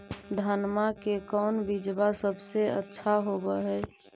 धनमा के कौन बिजबा सबसे अच्छा होव है?